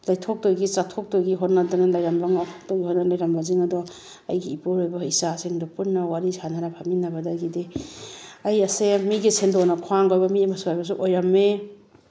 ꯂꯩꯊꯣꯛꯇꯣꯏꯒꯤ ꯆꯥꯊꯣꯛꯇꯣꯏꯒꯤ ꯍꯣꯠꯅꯗꯅ ꯂꯩꯔꯝꯕ ꯉꯥꯛꯇ ꯑꯣꯏꯅ ꯂꯩꯔꯝꯕꯁꯤꯡ ꯑꯗꯣ ꯑꯩꯒꯤ ꯏꯄꯨꯔꯣꯏꯕ ꯏꯆꯥꯁꯤꯡꯗꯣ ꯄꯨꯟꯅ ꯋꯥꯔꯤ ꯁꯥꯟꯅꯔ ꯐꯝꯃꯤꯟꯅꯕꯗꯒꯤꯗꯤ ꯑꯩ ꯑꯁꯦ ꯃꯤꯒꯤ ꯁꯦꯟꯗꯣꯟꯅ ꯈ꯭ꯋꯥꯡ ꯀꯣꯏꯕ ꯃꯤ ꯑꯃꯁꯨ ꯍꯥꯏꯕꯁꯨ ꯑꯣꯏꯔꯝꯃꯤ